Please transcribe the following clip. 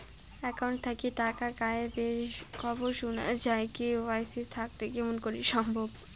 Account থাকি টাকা গায়েব এর খবর সুনা যায় কে.ওয়াই.সি থাকিতে কেমন করি সম্ভব?